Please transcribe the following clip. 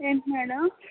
ఏంటి మేడం